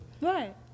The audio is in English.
Right